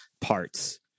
parts